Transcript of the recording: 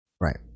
Right